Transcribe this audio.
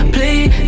Please